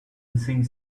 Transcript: hissing